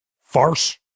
farce